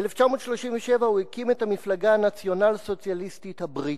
ב-1937 הוא הקים את המפלגה הנציונל-סוציאליסטית הבריטית,